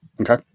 okay